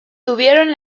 tuvieron